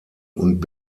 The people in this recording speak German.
und